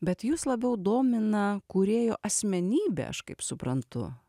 bet jus labiau domina kūrėjo asmenybė aš kaip suprantu